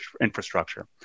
infrastructure